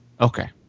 okay